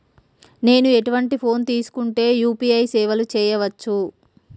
నేను ఎటువంటి ఫోన్ తీసుకుంటే యూ.పీ.ఐ సేవలు చేయవచ్చు?